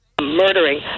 murdering